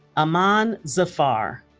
aemon zafar